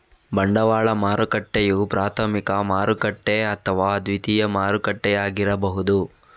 ಬಂಡವಾಳ ಮಾರುಕಟ್ಟೆಯು ಪ್ರಾಥಮಿಕ ಮಾರುಕಟ್ಟೆ ಅಥವಾ ದ್ವಿತೀಯ ಮಾರುಕಟ್ಟೆಯಾಗಿರಬಹುದು